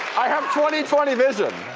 i have twenty twenty vision,